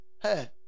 Hey